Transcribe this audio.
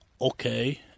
okay